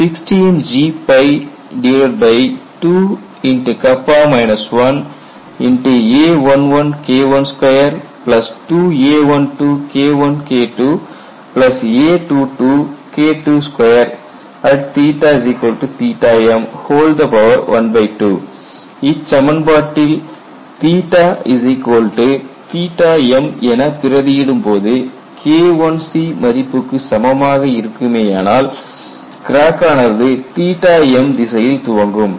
KIC16G2a11K122a12KIKIIa22KII2m12 இச்சமன்பாட்டில் m என பிரதியிடும்போது K1C மதிப்புக்கு சமமாக இருக்குமானால் கிராக் ஆனது m திசையில் துவங்கும்